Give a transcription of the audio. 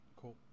Cool